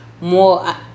more